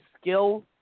skill